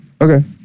okay